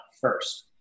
first